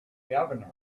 governor